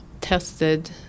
tested